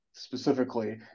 Specifically